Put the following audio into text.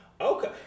Okay